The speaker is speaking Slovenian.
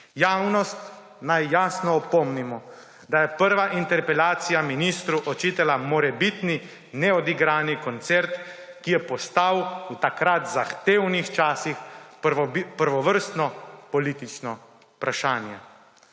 Javnost naj jasno opomnimo, da je prva interpelacija ministru očitala morebitni neodigrani koncert, ki je postal v takrat zahtevnih časih prvovrstno politično vprašanje.